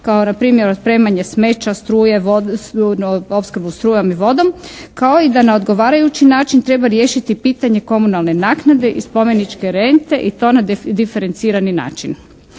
kao na primjer otpremanje smeća, opskrbu strujom i vodom kao i da na odgovarajući način treba riješiti pitanje komunalne naknade i spomeničke rente i to na diferencirani način.